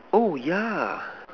oh yeah